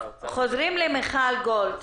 ומהבחינה הזאת יכלו לחזור לעבודה.